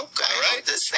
okay